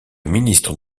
ministre